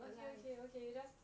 okay okay okay just